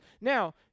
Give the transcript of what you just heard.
Now